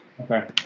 Okay